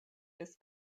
des